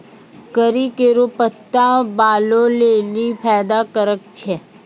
करी केरो पत्ता बालो लेलि फैदा कारक छै